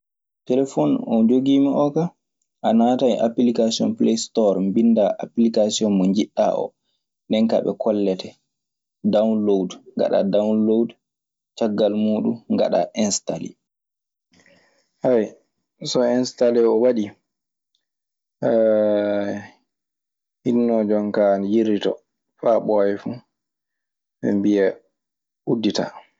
Telefon mo njogii mi oo kaa a naatan e appilikasioŋ playstore. Mbinndaa applikikasioŋ mo njiɗɗaa oo ndeenkaa ɓe kollete downlowd. Ngaɗaa downlowd cagaal muuɗun ngaɗaa instale. So enstalee oo waɗii hinnoo jon kaa ana yirlitoo faa ɓooya fu ɓe mbiya udditaa.